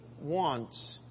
wants